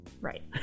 Right